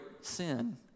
sin